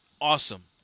awesome